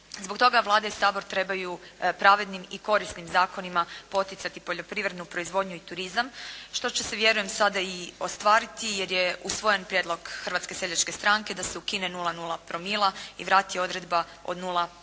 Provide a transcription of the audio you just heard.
Zbog toga Vlada i Sabor trebaju pravednim i korisnim zakonima poticati poljoprivrednu proizvodnju i turizam što će se vjerujem sada i ostvariti jer je usvojen prijedlog Hrvatske seljačke stranke da se ukine 0,0 promila i vrati odredba od 0,5